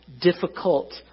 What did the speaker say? difficult